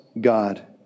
God